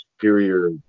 superior